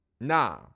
Nah